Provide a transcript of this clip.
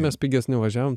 mes pigesniu nuvažiavom